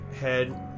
head